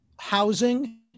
housing